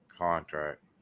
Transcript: contract